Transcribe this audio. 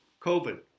COVID